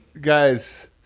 Guys